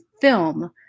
film